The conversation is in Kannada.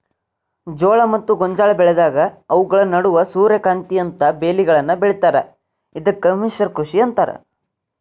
ಜೋಳ ಮತ್ತ ಗೋಂಜಾಳ ಬೆಳೆದಾಗ ಅವುಗಳ ನಡುವ ಸೂರ್ಯಕಾಂತಿಯಂತ ಬೇಲಿಗಳನ್ನು ಬೆಳೇತಾರ ಇದಕ್ಕ ಮಿಶ್ರ ಕೃಷಿ ಅಂತಾರ